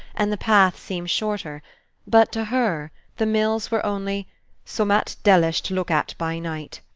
and the path seem shorter but to her the mills were only summat deilish to look at by night.